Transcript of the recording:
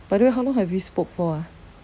by the way how long have we spoke for ah